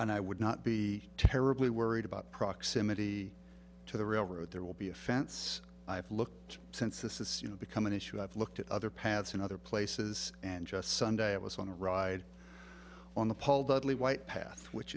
and i would not be terribly worried about proximity to the railroad there will be a fence i've looked since this is you know become an issue i've looked at other paths in other places and just sunday i was on a ride on the paul dudley white path which